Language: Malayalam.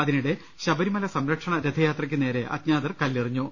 അതിനിടെ ശബരിമല സംരക്ഷണ രഥയാത്രയ്ക്കു നേരെ അജ്ഞാതർ കല്ലെ റിഞ്ഞു